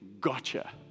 gotcha